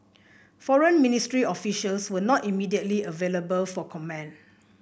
foreign ministry officials were not immediately available for comment